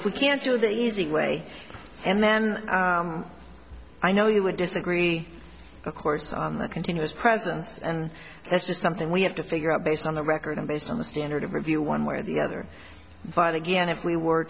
if we can't do the easy way and then i know you would disagree of course on the continuous presence and that's just something we have to figure out based on the record and based on the standard of review one way or the other but again if we were